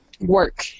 work